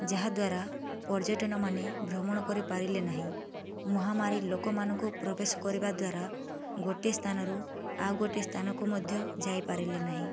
ଯାହାଦ୍ୱାରା ପର୍ଯ୍ୟଟନମାନେ ଭ୍ରମଣ କରିପାରିଲେ ନାହିଁ ମହାମାରୀ ଲୋକମାନଙ୍କୁ ପ୍ରବେଶ କରିବା ଦ୍ୱାରା ଗୋଟିଏ ସ୍ଥାନରୁ ଆଉ ଗୋଟିଏ ସ୍ଥାନକୁ ମଧ୍ୟ ଯାଇପାରିଲେ ନାହିଁ